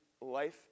life